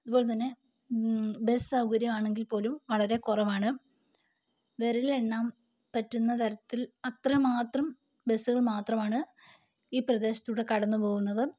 അതുപോലെതന്നെ ബസ് സൗകര്യം ആണെങ്കിൽ പോലും വളരെ കുറവാണ് വിരലിലെണ്ണാം പറ്റുന്ന തരത്തിൽ അത്രമാത്രം ബസുകൾ മാത്രമാണ് ഈ പ്രദേശത്ത് കൂടി കടന്നു പോകുന്നത്